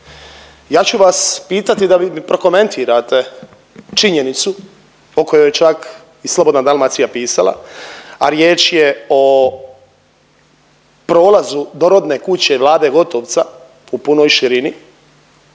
Ja ću vas pitati da mi prokomentirate činjenicu o kojoj čak i Slobodna Dalmacija pisala, a riječ je o prolazu do rodne kuće Vlade Gotovca u punoj širini